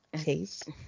Taste